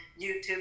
YouTube